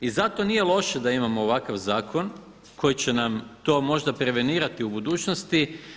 I zato nije loše da imamo ovakav zakon koji će nam to možda prevenirati u budućnosti.